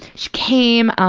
she came.